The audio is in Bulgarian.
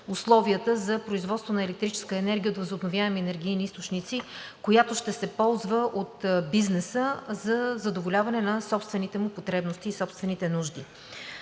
за производство на електрическа енергия от възобновяеми енергийни източници, която ще се ползва от бизнеса за задоволяване на собствените му потребности и собствените нужди.